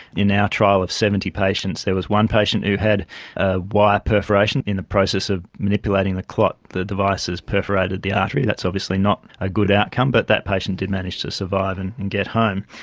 in our trial of seventy patients there was one patient who had a wire perforation in the process of manipulating the clot, the device has perforated the artery. that's obviously not a good outcome, but that patient did manage to survive and and get home.